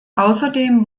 außerdem